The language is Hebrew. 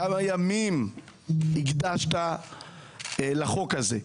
כמה ימים הקדשת לחוק הזה.